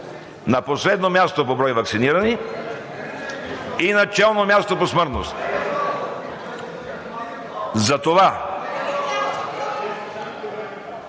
на последно място по брой ваксинирани и на челно място по смъртност! (Шум